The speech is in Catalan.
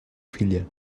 filla